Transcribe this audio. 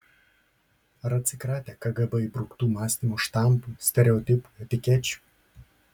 ar atsikratę kgb įbruktų mąstymo štampų stereotipų etikečių